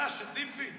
יאללה, שזיפי.